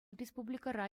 республикӑра